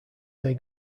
they